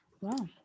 wow